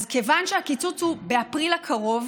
אז כיוון שהקיצוץ הוא באפריל הקרוב,